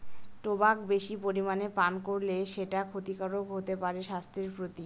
tobacco বেশি পরিমানে পান করলে সেটা ক্ষতিকারক হতে পারে স্বাস্থ্যের প্রতি